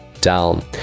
down